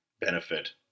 benefit